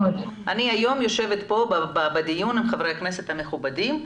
אני היום יושבת כאן בדיון עם חברי הכנסת המכובדים,